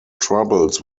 troubles